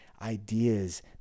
ideas